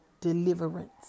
deliverance